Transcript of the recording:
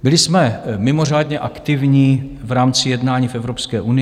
Byli jsme mimořádně aktivní v rámci jednání v Evropské unii.